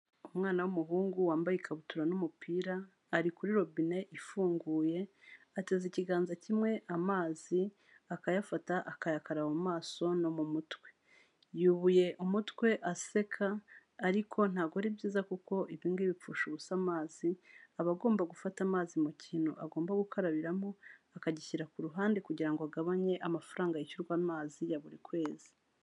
Umwana w'umuhungu wambaye ikabutura n'umupira, ari kuri robine ifunguye ateza ikiganza kimwe amazi akayafata akayakara mu maso no mu mutwe, yubuye umutwe aseka ariko ntabwo ari byiza kuko ibi bipfusha ubusa amazi, aba agomba gufata amazi mu kintu agomba gukarabiramo, akagishyira ku ruhande kugira ngo agabanye amafaranga yishyurwa amazi ya buri kwezi.